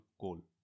goal